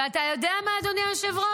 ואתה יודע מה, אדוני היושב-ראש?